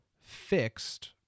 fixed